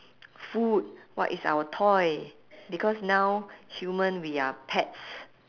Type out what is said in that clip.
food what is our toy because now human we are pets